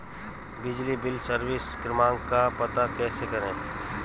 बिजली bill service क्रमांक का पता कैसे करें?